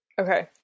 Okay